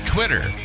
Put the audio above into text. twitter